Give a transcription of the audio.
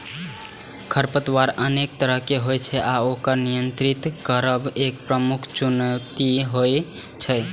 खरपतवार अनेक तरहक होइ छै आ ओकर नियंत्रित करब एक प्रमुख चुनौती होइ छै